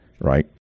right